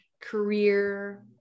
career